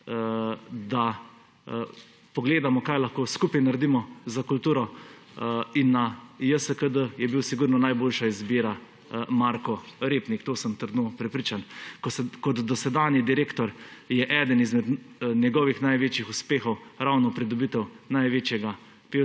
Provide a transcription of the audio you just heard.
da pogledamo, kaj lahko skupaj naredimo za kulturo. In na JSKD je bil sigurno najboljša izbira Marko Repnik. O tem sem trdno prepričan. Kot dosedanji direktor je eden izmed njegovih največjih uspehov ravno pridobitev največjega